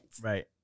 Right